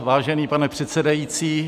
Vážený pane předsedající.